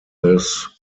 this